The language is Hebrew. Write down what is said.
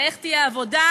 ואיך תהיה העבודה,